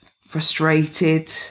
frustrated